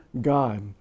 God